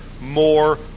more